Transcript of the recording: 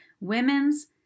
women's